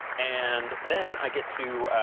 and then i get to